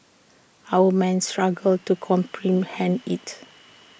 our main struggle to comprehend IT